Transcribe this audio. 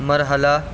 مرحلہ